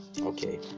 Okay